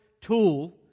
tool